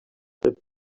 with